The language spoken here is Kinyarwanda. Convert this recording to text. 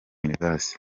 university